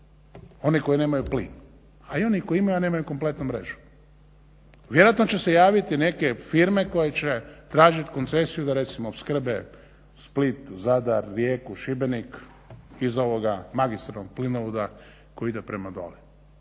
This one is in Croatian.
oni koji nemaju plin, a oni koji imaju a nemaju kompletnu mrežu. Vjerojatno će se javiti neke firme koje će tražiti koncesiju da recimo opskrbe Split, Zadar, Rijeku, Šibenik iz ovoga magistralnog plinovoda koji ide prema dolje.